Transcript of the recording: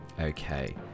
Okay